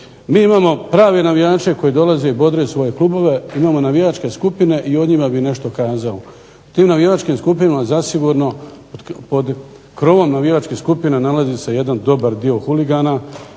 Mi imamo prave navijače koji dolaze bodriti svoje klubove, imamo navijačke skupine i o njima bih nešto kazao. Tim navijačkim skupinama zasigurno pod krovom navijačkih skupina nalazi se jedan dobar dio huligana